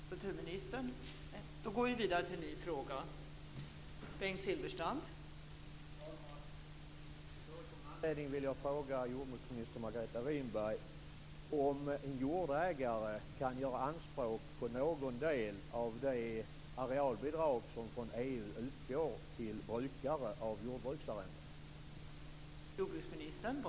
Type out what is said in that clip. Fru talman! På förekommen anledning vill jag fråga jordbruksminister Margareta Winberg om jordägare kan göra anspråk på någon del av det arealbidrag som utgår från EU till brukare av jordbruksarrende.